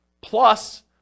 plus